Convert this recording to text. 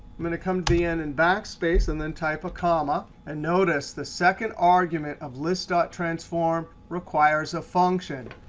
am going to come to the end and and backspace and then type a comma. and notice the second argument of list ah transform requires a function.